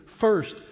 first